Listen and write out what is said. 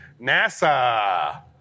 NASA